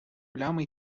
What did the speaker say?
плями